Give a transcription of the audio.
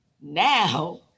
now